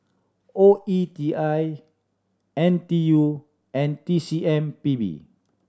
O E T I N T U and T C M P B